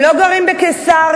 הם לא גרים בקיסריה,